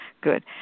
good